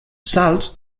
salts